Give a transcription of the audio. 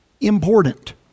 important